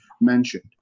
mentioned